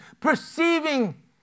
perceiving